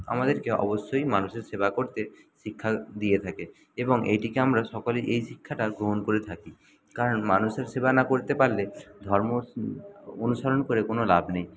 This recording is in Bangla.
আমাদেরকে অবশ্যই মানুষের সেবা করতে শিক্ষা দিয়ে থাকে এবং এইটিকে আমরা সকলেই এই শিক্ষাটা গ্রহণ করে থাকি কারণ মানুষের সেবা না করতে পারলে ধর্ম অনুসরণ করে কোনো লাভ নেই